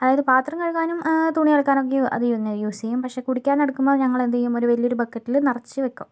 അതായത് പാത്രം കഴുകാനും തുണി അലക്കാനൊക്കെയും അത് തന്നെ യൂസ് ചെയ്യും പക്ഷെ കുടിക്കാനെടുക്കുമ്പോൾ അത് ഞങ്ങളെന്തു ചെയ്യും ഒരു വലിയൊരു ബക്കറ്റില് നിറച്ച് വയ്ക്കും